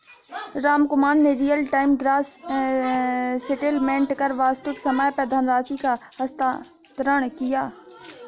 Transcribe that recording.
रामकुमार ने real time gross settlement कर वास्तविक समय पर धनराशि का हस्तांतरण किया